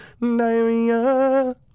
diarrhea